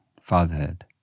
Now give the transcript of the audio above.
fatherhood